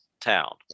town